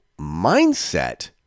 mindset